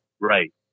Right